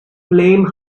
flame